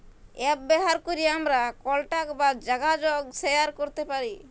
app ব্যাভার ক্যরে আমরা কলটাক বা জ্যগাজগ শেয়ার ক্যরতে পারি